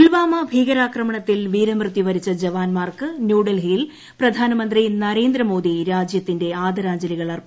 പൂൽവാമ ഭീകരാക്രമണത്തിൽ വീരമൃത്യു വരിച്ച ജവാന്മാർക്ക് ന്യൂഡൽഹിയിൽ പ്രധാനമന്ത്രി നരേന്ദ്ര മോദി രാജൃത്തിന്റെ ആദരാഞ്ജലികൾ അർപ്പിച്ചു